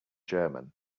german